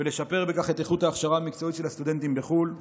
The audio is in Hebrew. ולשפר בכך את איכות ההכשרה המקצועית של הסטודנטים בחו"ל.